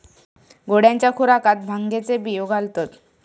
घोड्यांच्या खुराकात भांगेचे बियो घालतत